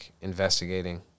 investigating